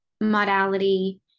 modality